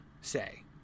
say